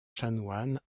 chanoine